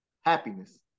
happiness